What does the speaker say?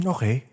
Okay